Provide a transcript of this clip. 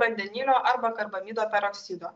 vandenilio arba karbamido peroksido